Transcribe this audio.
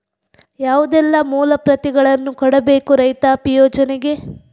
ಯಾವುದೆಲ್ಲ ಮೂಲ ಪ್ರತಿಗಳನ್ನು ಕೊಡಬೇಕು ರೈತಾಪಿ ಯೋಜನೆಗೆ?